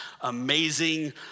amazing